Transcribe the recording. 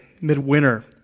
midwinter